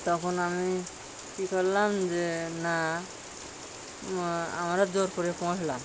তখন আমি কী করলাম যে না আমরাও জোর করে পুষলাম